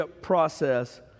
process